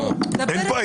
דבר איתנו.